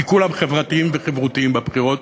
כי כולם חברתיים וחברותיים בבחירות,